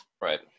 Right